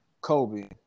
Kobe